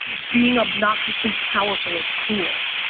being obnoxiously powerful is cool.